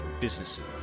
businesses